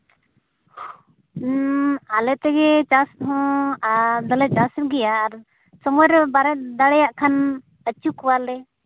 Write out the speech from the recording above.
ᱟᱞᱮ ᱛᱮᱜᱮ ᱪᱟᱥ ᱦᱚᱸ ᱟᱨ ᱫᱚᱞᱮ ᱪᱟᱥ ᱜᱮᱭᱟ ᱟᱨ ᱥᱚᱢᱚᱭ ᱨᱮ ᱵᱟᱞᱮ ᱫᱟᱲᱮᱭᱟᱜ ᱠᱷᱟᱱ ᱟᱹᱪᱩ ᱠᱚᱣᱟᱞᱮ